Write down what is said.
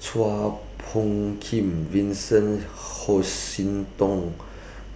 Chua Phung Kim Vincent Hoisington